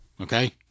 Okay